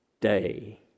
day